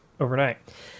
overnight